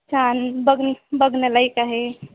छान बघन बघण्यालायक आहे